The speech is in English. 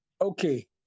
Okay